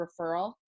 referral